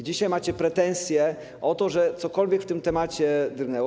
Dzisiaj macie pretensje o to, że cokolwiek w tym temacie drgnęło.